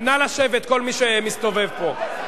נא לשבת, כל מי שמסתובב פה.